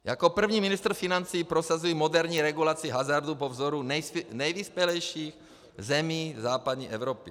Jako první ministr financí prosazuji moderní regulaci hazardu po vzoru nejvyspělejších zemí západní Evropy.